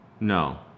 No